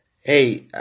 hey